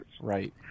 Right